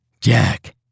Jack